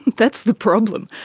that's the problem.